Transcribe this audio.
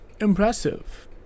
Impressive